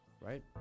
Right